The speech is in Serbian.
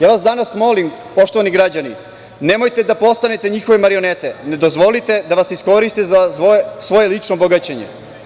Danas ja vas molim, poštovani građani, nemojte da postanete njihove marionete, ne dozvolite da vas iskoriste za svoje lično bogaćenje.